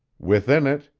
within it,